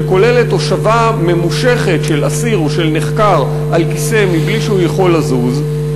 שכוללת הושבה ממושכת של אסיר או של נחקר על כיסא מבלי שהוא יכול לזוז,